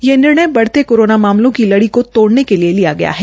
ये निर्णय बढ़ते कोरोना मामलों की लड़ी को तोड़ने के लिए लिया गया है